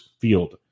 Field